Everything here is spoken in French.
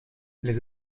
les